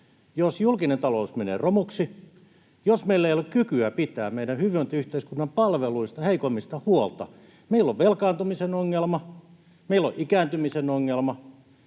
Jos julkinen talous menee romuksi, jos meillä ei ole kykyä pitää meidän hyvinvointiyhteiskuntamme palveluista, heikoimmista huolta, meillä on velkaantumisen ongelma, meillä on ikääntymisen ongelma,